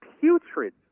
putrid